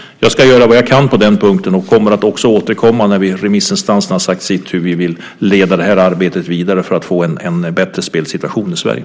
Jag ska göra vad jag kan på den punkten och kommer också att återkomma när remissinstanserna sagt sitt gällande hur vi vill leda det här arbetet vidare för att få en bättre spelsituation i Sverige.